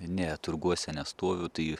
ne turguose nestoviu tai